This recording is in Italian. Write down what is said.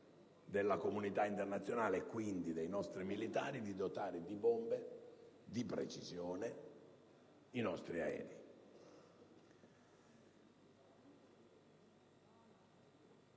della comunità internazionale, e quindi dei nostri militari, di dotare di bombe di precisione i nostri aerei.